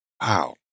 Wow